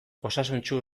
osasuntsu